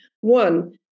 One